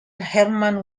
hermann